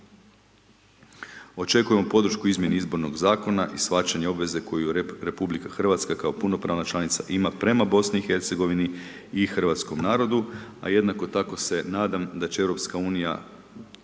Očekujemo podršku u izmjeni izbornog zakona i shvaćanja obveze koju Republika Hrvatska kao punopravna članica ima prema Bosni i Hercegovini i hrvatskom narodu, a jednako tako se nadam da će